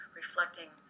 reflecting